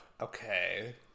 Okay